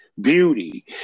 Beauty